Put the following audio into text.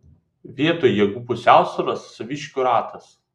vietoj jėgų pusiausvyros saviškių ratas